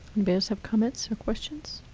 but else have comments or questions?